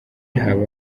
haba